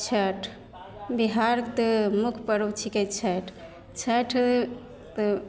छठि बिहारके तऽ लोकपर्व छिकै छठि छठि तऽ